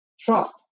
trust